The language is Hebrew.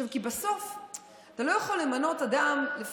בסוף אתה לא יכול למנות אדם,